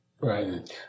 Right